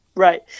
Right